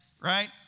right